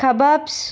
kebabs